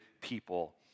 people